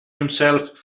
himself